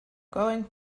going